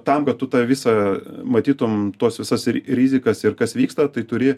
tam kad tu tą visą matytum tuos visas rizikas ir kas vyksta tai turi